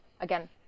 again